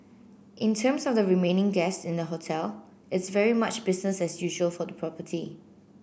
in terms of the remaining guests in the hotel it's very much business as usual for the property